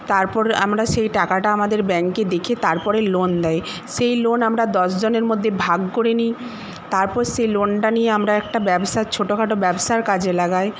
তারপর আমরা সেই টাকাটা আমাদের ব্যাঙ্কে দেখে তারপরে লোন দেয় সেই লোন আমরা দশজনের মধ্যে ভাগ করে নিই তারপর সেই লোনটা নিয়ে আমরা একটা ব্যবসা ছোটখাটো ব্যবসার কাজে লাগাই